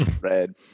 Red